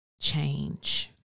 change